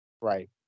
Right